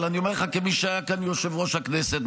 אבל אני אומר לך כמי שהיה כאן יושב-ראש הכנסת,